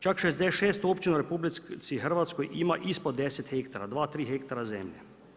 Čak 66 općina u RH ima ispod 10 hektara, 2, 3 hektara zemlje.